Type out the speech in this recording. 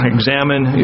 Examine